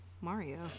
Mario